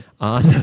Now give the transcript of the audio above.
on